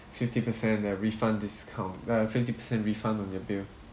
fifty percent that refund discount uh fifty percent refund on your bill